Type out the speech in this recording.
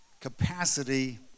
capacity